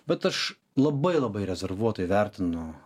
bet aš labai labai rezervuotai vertinu